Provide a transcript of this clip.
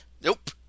Nope